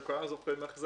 וכולנו זוכרים איך זה